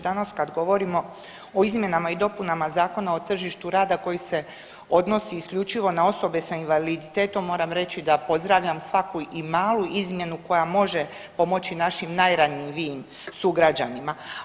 Danas kad govorimo o izmjenama i dopunama Zakon o tržištu rada koji se odnosi isključivo na osobe s invaliditetom, moram reći da pozdravljam svaku i malu izmjenu koja može pomoći našim najranjivijim sugrađanima.